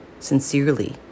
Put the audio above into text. sincerely